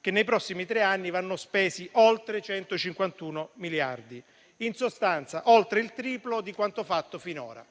che nei prossimi tre anni vanno spesi oltre 151 miliardi; in sostanza, oltre il triplo di quanto fatto finora.